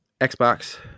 xbox